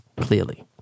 clearly